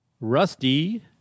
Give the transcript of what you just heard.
Rusty